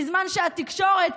בזמן שהתקשורת,